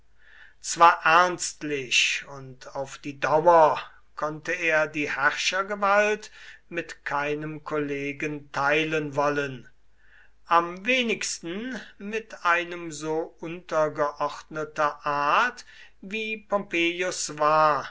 zwar ernstlich und auf die dauer konnte er die herrschergewalt mit keinem kollegen teilen wollen am wenigsten mit einem so untergeordneter art wie pompeius war